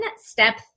step